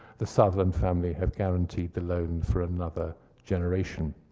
the sutherland family have guaranteed the loan for another generation,